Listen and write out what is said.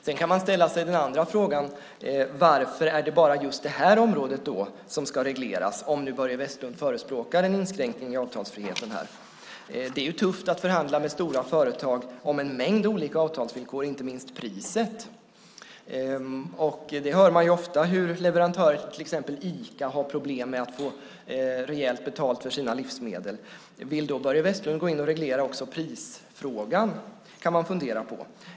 Sedan kan man ställa sig den andra frågan: Varför är det bara just detta område som ska regleras om nu Börje Vestlund förespråkar en inskränkning i avtalsfriheten här? Det är tufft att förhandla med stora företag om en mängd olika avtalsvillkor, inte minst priset. Man hör ofta hur leverantörer exempelvis till Ica har problem med att få rejält betalt för sina livsmedel. Vill Börje Vestlund då gå in och reglera också priser? Det kan man fundera på.